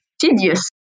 tedious